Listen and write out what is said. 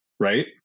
Right